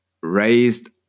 raised